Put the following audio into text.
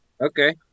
Okay